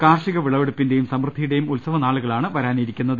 കാർഷിക വിളവെടുപ്പിന്റെയും സമൃദ്ധിയുടെയും ഉൽസവനാളുകളാണ് വരാനിരിക്കുന്നത്